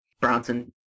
Bronson